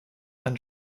and